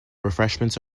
refreshments